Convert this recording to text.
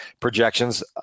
projections